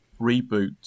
reboot